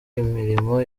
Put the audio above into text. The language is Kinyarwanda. imirimo